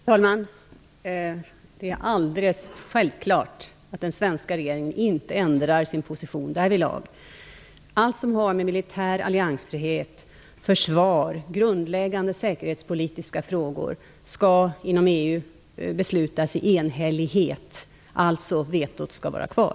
Fru talman! Det är alldeles självklart att den svenska regeringen inte ändrar sin position därvidlag. Inom allt som har att göra med militär alliansfrihet, försvar och grundläggande säkerhetspolitiska frågor skall besluten fattas enhälligt i EU. Vetorätten skall alltså vara kvar.